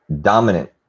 dominant